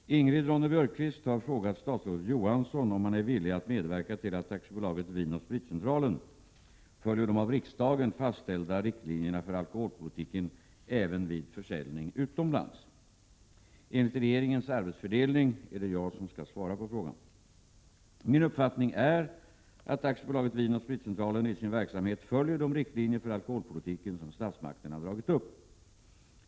Herr talman! Ingrid Ronne-Björkqvist har frågat statsrådet Johansson om han är villig att medverka till att AB Vin & Spritcentralen följer de av riksdagen fastställda riktlinjerna för alkoholpolitiken även vid försäljning utomlands. Enligt regeringens arbetsfördelning är det jag som skall svara på frågan. Min uppfattning är att AB Vin & Spritcentralen i sin verksamhet följer de riktlinjer för alkoholpolitiken som statsmakterna dragit upp.